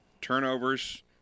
turnovers